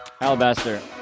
Alabaster